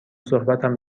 صحبتم